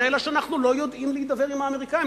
אלא שאנחנו לא יודעים להידבר עם האמריקנים,